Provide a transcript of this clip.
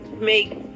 make